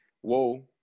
whoa